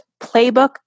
playbook